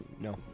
No